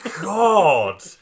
God